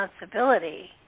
responsibility